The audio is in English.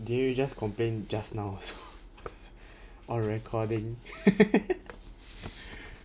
didn't you just complain just now also on recording